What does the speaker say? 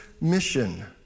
mission